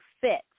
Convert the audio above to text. fit